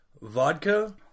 vodka